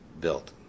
built